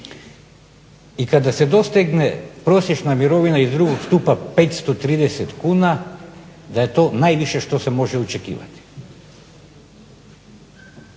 i kada se dosegne prosječna mirovina iz drugog stupa 530 kuna da je to najviše što se može očekivati.